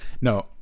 No